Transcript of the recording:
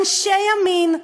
אנשי ימין,